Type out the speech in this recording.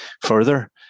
further